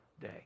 day